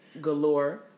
galore